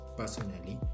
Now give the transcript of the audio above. personally